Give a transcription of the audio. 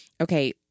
Okay